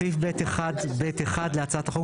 בסעיף (ב1)(ב)(1) להצעת החוק,